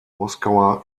moskauer